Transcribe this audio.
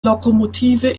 lokomotive